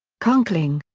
conkling.